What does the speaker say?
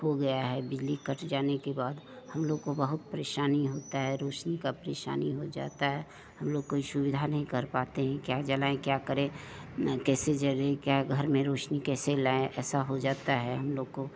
हो गया है बिजली कट जाने के बाद हम लोग को बहुत परेशानी होता है रोशनी का परेशानी हो जाता है हम लोग कोई सुविधा नहीं कर पाते हैं क्या जलाएं क्या करें कैसे करें क्या घर में रोशनी कैसे लाएं ऐसा हो जाते है हम लोग को